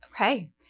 Okay